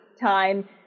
time